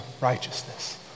righteousness